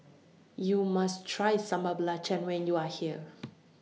YOU must Try Sambal Belacan when YOU Are here